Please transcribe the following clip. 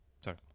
Sorry